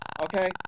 Okay